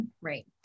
Right